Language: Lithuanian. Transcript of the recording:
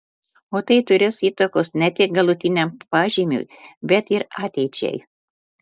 o tai turės įtakos ne tik galutiniam pažymiui bet ir ateičiai